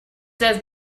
does